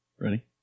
Ready